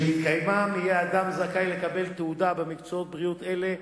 שבהתקיימם יהיה אדם זכאי לקבל תעודה במקצועות בריאות אלה.